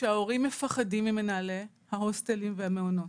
שההורים מפחדים ממנהלי ההוסטלים והמעונות.